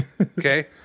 Okay